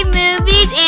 movies